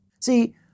See